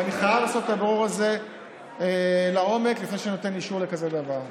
אבל אני חייב לעשות את הבירור הזה לעומק לפני שאני נותן אישור לכזה דבר.